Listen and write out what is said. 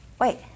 Wait